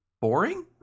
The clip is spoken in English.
boring